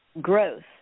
growth